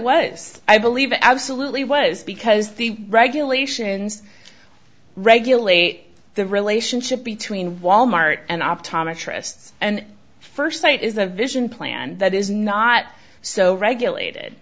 was i believe it absolutely was because the regulations regulate the relationship between wal mart and optometrists and first light is a vision plan that is not so regulated